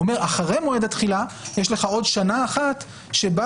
הוא אומר אחרי מועד התחילה יש לך עוד שנה אחת שבה